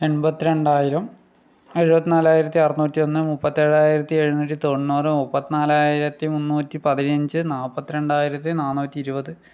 എൺപത്ത്രണ്ടായിരം എഴുപത്ത്നാലായിരത്തി അറുനൂറ്റി ഒന്ന് മുപ്പത്തേഴായിരത്തി എഴുന്നൂറ്റി തൊണ്ണൂറ് മുപ്പത്ത്നാലായിരത്തി മുന്നൂറ്റി പതിനഞ്ച് നാപ്പത്ത്രണ്ടായിരത്തി നാന്നൂറ്റി ഇരുപത്